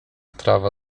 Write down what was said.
trawa